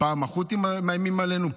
פעם החות'ים מאיימים עלינו,